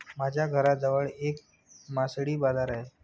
माझ्या घराजवळ एक मासळी बाजार आहे